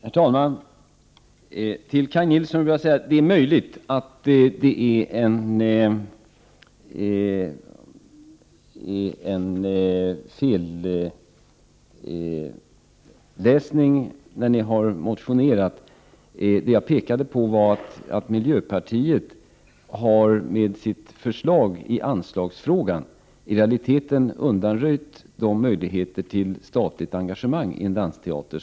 Herr talman! Till Kaj Nilsson vill jag säga att det är möjligt att ni har läst fel när ni har motionerat. Jag pekade på att miljöpartiet med sitt förslag i anslagsfrågan i realiteten har undanröjt möjligheterna till statligt engagemang i en dansteater.